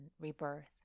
rebirth